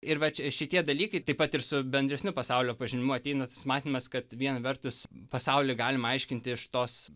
ir vat čia šitie dalykai taip pat ir su bendresniu pasaulio pažinimu ateinantis matymas kad viena vertus pasaulį galima aiškinti iš tos